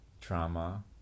trauma